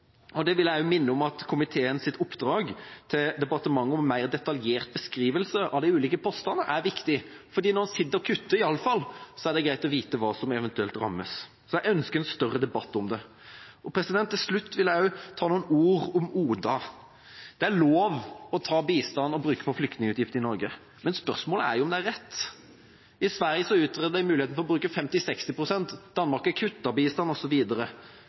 vil også minne om at komiteens oppdrag til departementet om en mer detaljert beskrivelse av de ulike postene er viktig. I alle fall når en sitter og kutter, er det greit å vite hva som eventuelt rammes. Jeg ønsker en større debatt om det. Til slutt vil jeg også si noen ord om ODA. Det er lov å ta penger fra bistand og bruke på flyktningutgifter i Norge. Spørsmålet er om det er rett. I Sverige utredet de muligheten for å bruke 50–60 pst., Danmark har kuttet bistand,